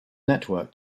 network